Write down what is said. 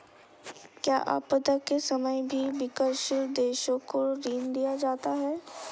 क्या आपदा के समय भी विकासशील देशों को ऋण दिया जाता है?